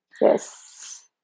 Yes